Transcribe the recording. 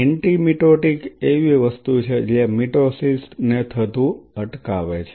anti mitotic એવી વસ્તુ છે જે મિટોસિસ ને થતું અટકાવે છે